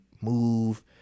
move